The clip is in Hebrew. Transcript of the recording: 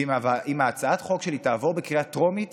ואם הצעת החוק שלי תעבור בקריאה טרומית